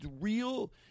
real